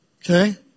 Okay